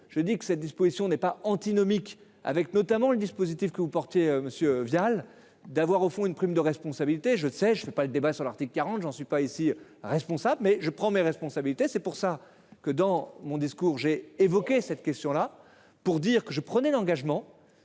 je dis que cette disposition n'est pas antinomique avec notamment le dispositif que vous portez monsieur Vial d'avoir au fond une prime de responsabilité. Je sais, je ne veux pas le débat sur l'article 40, j'en suis pas ici responsable mais je prends mes responsabilités. C'est pour ça que dans mon discours. J'ai évoqué cette question là pour dire que je prenais l'engagement.